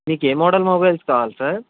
మీకు ఏ model mobiles కావలి సార్